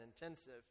intensive